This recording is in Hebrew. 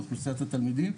לאוכלוסיית התלמידים,